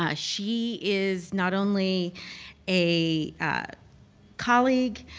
ah she is not only a colleague,